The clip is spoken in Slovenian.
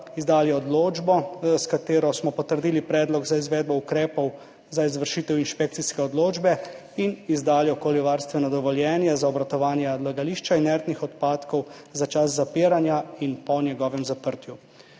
izdali odločbo, s katero smo potrdili predlog za izvedbo ukrepov za izvršitev inšpekcijske odločbe in izdali okoljevarstveno dovoljenje za obratovanje odlagališča inertnih odpadkov za čas zapiranja in po njegovem zaprtju.